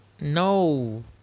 No